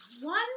one